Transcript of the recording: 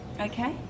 Okay